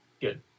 good